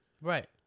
Right